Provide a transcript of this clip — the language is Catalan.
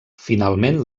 finalment